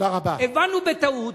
הבנו בטעות,